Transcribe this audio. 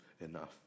enough